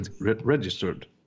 registered